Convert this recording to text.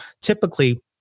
typically